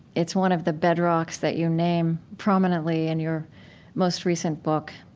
it's one of the bedrocks that you name prominently in your most recent book.